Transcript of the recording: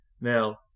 Now